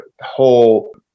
whole